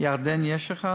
בירדן יש אחד